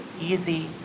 easy